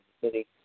City